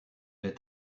est